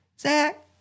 Zach